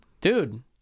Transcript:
Dude